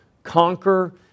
Conquer